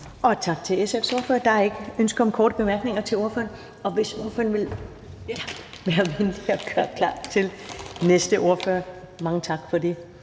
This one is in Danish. Tak til SF's ordfører. Der er ikke ønske om korte bemærkninger til ordføreren. Vil ordføreren være venlig at gøre klar til næste ordfører? Mange tak for det.